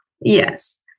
Yes